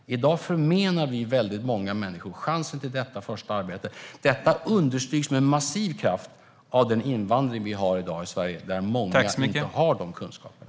I dag förmenar vi väldigt många människor chansen till detta första arbete. Det understryks med massiv kraft av den invandring vi har i dag i Sverige, där många inte har de kunskaperna.